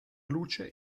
luce